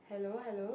hello hello